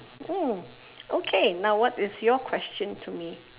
mm okay now what is your question to me